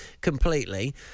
completely